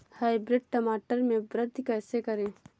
Hybrid टमाटर में वृद्धि कैसे करें?